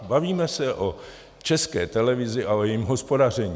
Bavíme se o České televizi a o jejím hospodaření.